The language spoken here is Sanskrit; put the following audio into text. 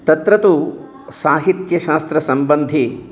तत्र तु साहित्यशास्त्रसम्बन्धिः